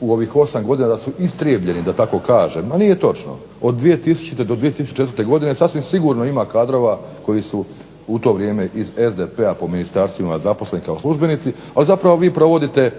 u ovih 8 godina, da su istrijebljeni da tako kažem ma nije točno. Od 2000. Do 2004. godine sasvim sigurno ima kadrova koji su u to vrijeme iz SDP-a po ministarstvima zaposleni kao službenici, a zapravo vi provodite,